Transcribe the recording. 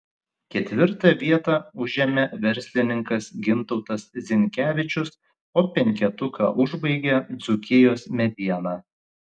ketvirtą vietą užėmė verslininkas gintautas zinkevičius o penketuką užbaigė dzūkijos mediena